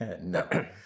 No